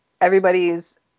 Everybody's